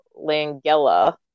Langella